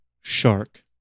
shark